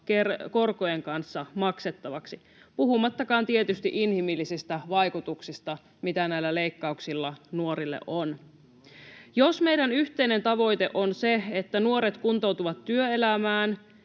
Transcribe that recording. korkojen kanssa maksettavaksi, puhumattakaan tietysti inhimillisistä vaikutuksista, mitä näillä leikkauksilla nuorille on. Jos meidän yhteinen tavoitteemme on se, että nuoret kuntoutuvat työelämään